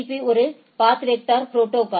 பீ ஒரு path vector protocol